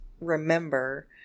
remember